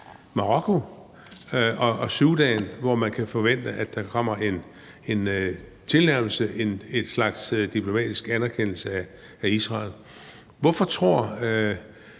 Marokko og Sudan, hvor man kan forvente at der kommer en tilnærmelse, en slags diplomatisk anerkendelse af Israel. Hvorfor tror